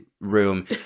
room